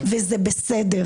להגיע בשש בבוקר,